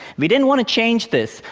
we didn't want to change this,